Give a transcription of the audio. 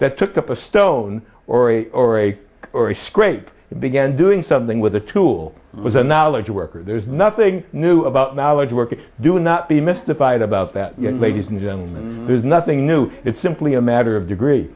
that took up a stone or a or a or a scrape began doing something with the tool it was a knowledge worker there's nothing new about knowledge workers do not be mystified about that ladies and gentlemen there's nothing new it's simply a matter of degree